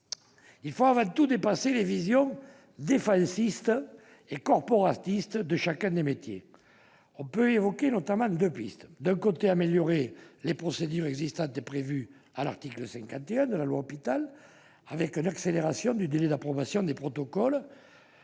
Il faut avant tout dépasser les visions « défensistes » et corporatistes de chacun des métiers. On peut évoquer notamment deux pistes. Une première piste consisterait à améliorer les procédures existantes prévues à l'article 51 de la loi Hôpital : accélération du délai d'approbation des protocoles,